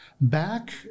Back